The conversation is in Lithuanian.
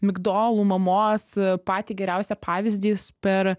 migdolų mamos patį geriausią pavyzdys per